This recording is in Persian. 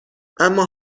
اما